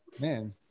man